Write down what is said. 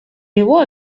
его